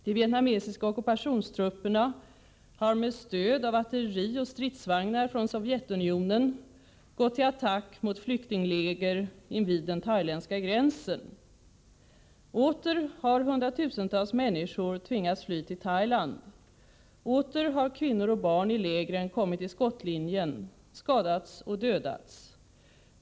De vietnamesiska ockupationstrupperna har med stöd av artilleri och stridsvagnar från Sovjetunionen gått till attack mot flyktingläger invid den thailändska gränsen. Åter har hundratusentals människor tvingats fly till Thailand. Åter har kvinnor och barn i lägren kommit i skottlinjen, skadats och dödats.